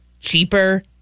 cheaper